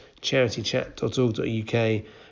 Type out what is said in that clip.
charitychat.org.uk